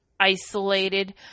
isolated